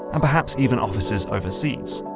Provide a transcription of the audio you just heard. and perhaps even offices overseas.